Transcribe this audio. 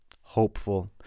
hopeful